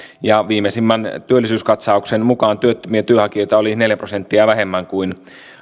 ja viimeisimmän työllisyyskatsauksen mukaan työttömiä työnhakijoita oli neljä prosenttia vähemmän kuin